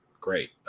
great